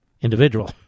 individual